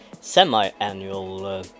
semi-annual